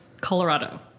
Colorado